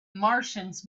martians